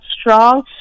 strong